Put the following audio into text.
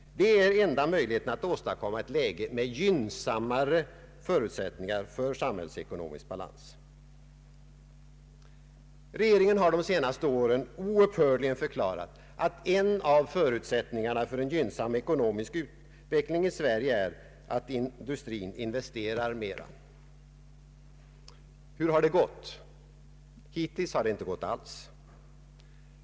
Detta är enda möjligheten att åstadkomma ett läge med gynnsammare förutsättningar för samhällsekonomisk balans. Regeringen har de senaste åren oupphörligt förklarat att en av förutsättningarna för en gynnsam ekonomisk utveckling i Sverige är att industrin investerar mera. Hur har det gått? Hittills har det inte gått alls.